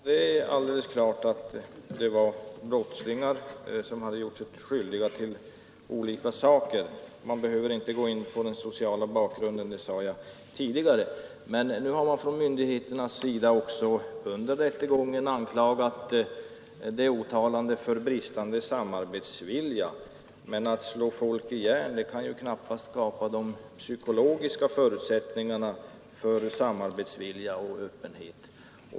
Herr talman! Det är alldeles klart att det var brottslingar, som hade gjort sig skyldiga till olika saker. Man behöver inte gå in på den sociala bakgrunden, det sade jag redan tidigare. Nu har man ju från myndigheternas sida också under rättegången anklagat de åtalade för bristande samarbetsvilja, men att slå folk i järn kan knappast skapa de psykologiska förutsättningarna för samarbetsvilja och öppenhet.